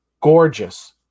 gorgeous